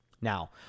Now